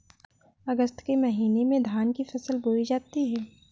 अगस्त के महीने में धान की फसल बोई जाती हैं